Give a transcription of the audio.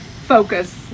focus